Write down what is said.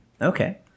Okay